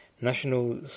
National